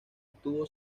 estuvo